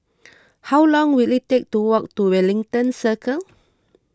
how long will it take to walk to Wellington Circle